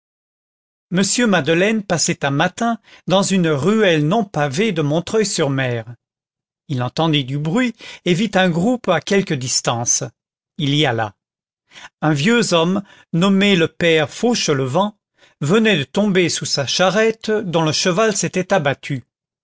m madeleine passait un matin dans une ruelle non pavée de montreuil sur mer il entendit du bruit et vit un groupe à quelque distance il y alla un vieux homme nommé le père fauchelevent venait de tomber sous sa charrette dont le cheval s'était abattu